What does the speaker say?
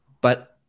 But-